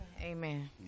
Amen